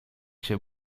cię